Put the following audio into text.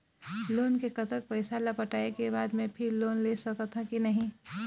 Loan के कतक पैसा ला पटाए के बाद मैं फिर लोन ले सकथन कि नहीं?